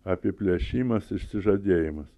apiplėšimas išsižadėjimas